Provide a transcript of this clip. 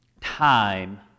time